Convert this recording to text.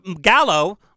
Gallo